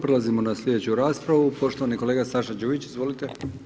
Prelazimo na sljedeću raspravu, poštovani kolega Saša Đujić, izvolite.